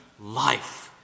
life